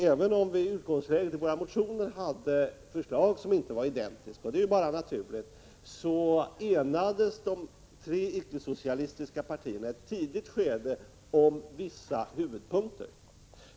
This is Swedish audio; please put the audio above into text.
Även om vi i utgångsläget i våra motioner hade förslag som inte var identiska, och det är bara naturligt, enades de tre icke-socialistiska partierna i ett tidigt skede om vissa huvudpunkter.